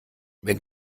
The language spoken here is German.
wenn